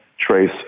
Trace